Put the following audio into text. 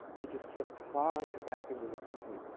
they just kept plowing it back into the company.